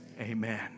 amen